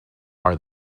are